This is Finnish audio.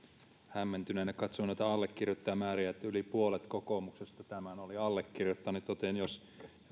hämmentyneenä katsoo noita allekirjoittajamääriä yli puolet allekirjoittanut joten jos